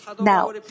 Now